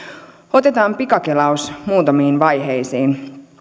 otetaan pikakelaus muutamiin vaiheisiin